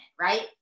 right